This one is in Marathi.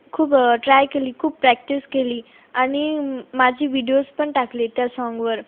खूप ट्राय केली खूप प्रॅक्टिस केली आणि माझी व्हिडियोज पण टाकले त्या सॉन्गवर